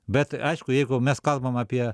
bet aišku jeigu mes kalbam apie